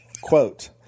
Quote